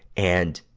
and,